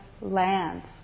lands